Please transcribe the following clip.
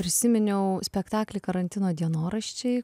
prisiminiau spektaklį karantino dienoraščiai